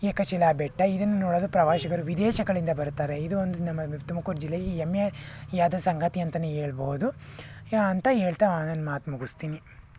ಏಕಶಿಲಾ ಬೆಟ್ಟ ಇದನ್ನು ನೋಡಲು ಪ್ರವಾಸಿಗರು ವಿದೇಶಗಳಿಂದ ಬರುತ್ತಾರೆ ಇದು ಒಂದು ನಮ್ಮ ತುಮಕೂರು ಜಿಲ್ಲೆಯಲ್ಲಿ ಈ ಹೆಮ್ಮೆಯಾದ ಸಂಗತಿ ಅಂತಾನೆ ಹೇಳ್ಬೋದು ಅಂತ ಹೇಳ್ತಾ ನನ್ನ ಮಾತು ಮುಗಿಸ್ತೀನಿ